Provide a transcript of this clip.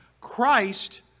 Christ